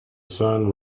sun